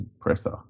presser